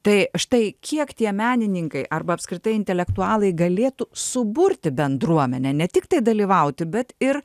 tai štai kiek tie menininkai arba apskritai intelektualai galėtų suburti bendruomenę ne tiktai dalyvauti bet ir